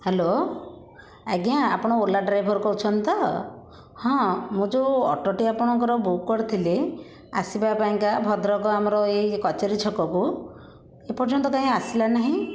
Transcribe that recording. hello ଆଜ୍ଞା ଆପଣ Ola driver କହୁଛନ୍ତି ତ ହଁ ମୁଁ ଯେଉଁ ଅଟୋଟି ଆପଣଙ୍କର ବୁକ କରିଥିଲି ଆସିବା ପାଇଁ କା ଭଦ୍ରକ ଆମର ଏଇ କଚେରୀ ଛକକୁ ଏପର୍ଯ୍ୟନ୍ତ କାହିଁ ଆସିଲା ନାହିଁ